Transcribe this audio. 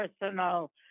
personal